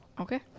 Okay